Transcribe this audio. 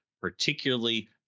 particularly